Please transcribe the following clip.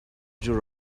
جور